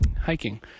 hiking